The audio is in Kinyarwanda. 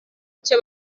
icyo